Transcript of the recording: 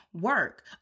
work